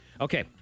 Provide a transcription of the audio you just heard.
Okay